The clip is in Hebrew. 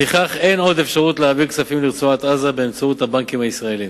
דווקא במשרד האוצר שמצטיין במינויים מקצועיים.